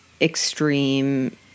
extreme